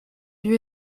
lieu